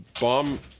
bomb